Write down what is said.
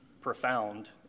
profound